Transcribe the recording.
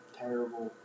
terrible